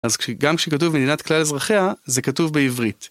אז גם כשכתוב מדינת כלל אזרחיה, זה כתוב בעברית.